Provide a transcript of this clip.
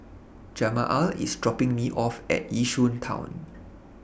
Jamaal IS dropping Me off At Yishun Town